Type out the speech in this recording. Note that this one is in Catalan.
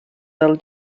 del